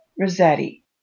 Rossetti